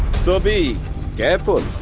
so, be careful.